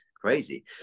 crazy